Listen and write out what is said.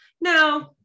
No